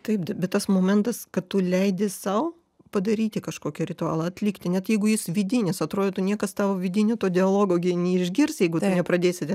taip bet tas momentas kad tu leidi sau padaryti kažkokį ritualą atlikti net jeigu jis vidinis atrodytų niekas tavo vidinio to dialogo gi neišgirs jeigu tu nepradėsi te